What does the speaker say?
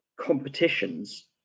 competitions